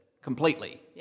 Completely